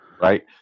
right